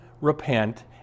repent